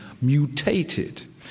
mutated